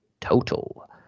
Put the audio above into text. Total